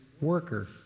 worker